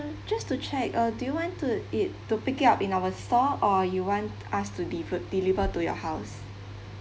just to check uh do you want to eat to pick it up in our store or you want us to deve~ deliver to your house